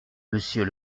monsieur